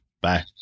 Bye